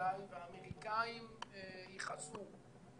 מדי ואמריקאים יכעסו.